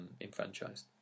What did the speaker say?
enfranchised